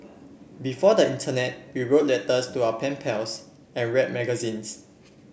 before the internet we wrote letters to our pen pals and read magazines